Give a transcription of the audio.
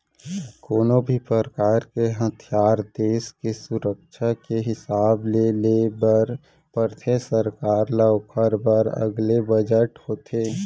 कोनो भी परकार के हथियार देस के सुरक्छा के हिसाब ले ले बर परथे सरकार ल ओखर बर अलगे बजट होथे